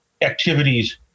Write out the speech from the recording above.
activities